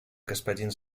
господин